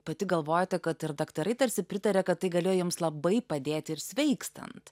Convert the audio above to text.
pati galvojate kad ir daktarai tarsi pritaria kad tai galėjo jums labai padėti ir sveikstant